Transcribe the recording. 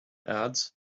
ads